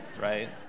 right